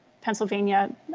Pennsylvania